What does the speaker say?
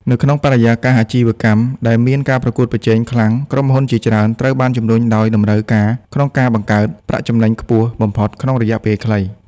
នៅក្នុងបរិយាកាសអាជីវកម្មដែលមានការប្រកួតប្រជែងខ្លាំង ក្រុមហ៊ុនជាច្រើនត្រូវបានជំរុញដោយតម្រូវការក្នុងការបង្កើត ប្រាក់ចំណេញខ្ពស់បំផុតក្នុងរយៈពេលខ្លី។